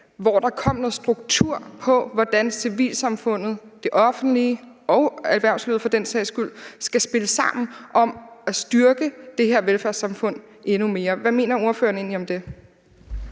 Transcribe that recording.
hvor der kom noget struktur på, hvordan civilsamfundet, det offentlige og for den sags skyld erhvervslivet skal spille sammen om at styrke det her velfærdssamfund endnu mere? Hvad mener ordføreren egentlig om det?